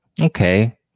okay